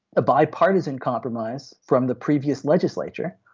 a bipartisan compromise from the previous legislature.